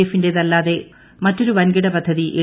എഫിന്റെതല്ലാതെ മറ്റൊരു വൻകിട പദ്ധതി എൽ